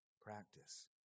practice